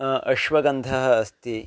अश्वगन्धः अस्ति